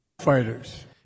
Fighters